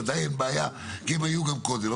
וודאי הם בבעיה כי הם היו גם קודם.